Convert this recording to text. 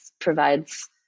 provides